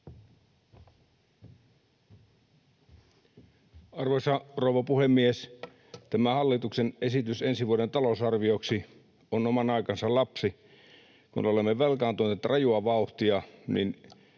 Arvoisa rouva puhemies! Tämä hallituksen esitys ensi vuoden talousarvioksi on oman aikansa lapsi. Kun olemme velkaantuneet rajua vauhtia, niin